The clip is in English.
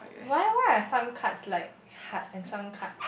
why why are some cuts like heart and some cuts